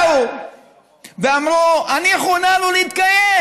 באו ואמרו: הניחו לנו להתקיים.